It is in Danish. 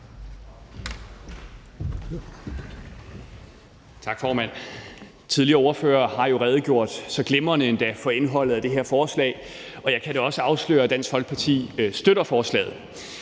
Tak, formand. Tidligere ordførere har jo redegjort, så glimrende endda, for indholdet af det her forslag, og jeg kan da også afsløre, at Dansk Folkeparti støtter forslaget.